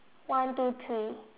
one two three